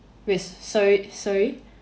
wait sorry sorry